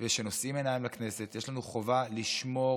ושנושאים עיניים לכנסת, יש לנו חובה לשמור